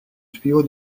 tuyau